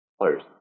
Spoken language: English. players